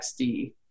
XD